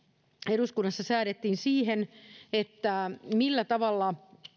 eduskunnassa säädettiin siihen millä tavalla